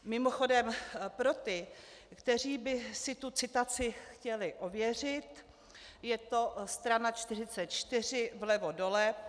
Mimochodem, pro ty, kteří by si tu citaci chtěli ověřit, je to strana 44 vlevo dole.